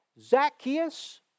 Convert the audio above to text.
Zacchaeus